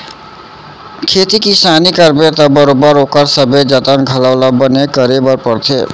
खेती किसानी करबे त बरोबर ओकर सबे जतन घलौ ल बने करे बर परथे